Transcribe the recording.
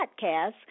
Podcast